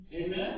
Amen